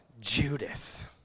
Judas